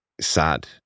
sad